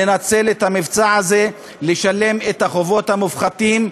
לנצל את המבצע הזה ולשלם את החובות המופחתים.